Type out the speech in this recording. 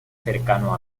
cercano